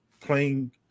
playing